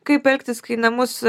kaip elgtis kai į namus